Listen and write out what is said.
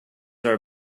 are